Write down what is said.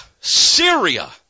Syria